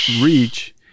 reach